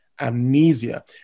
amnesia